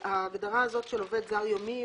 ההגדרה הזאת של "עובד זר יומי",